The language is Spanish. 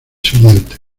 siguientes